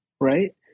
Right